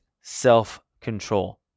self-control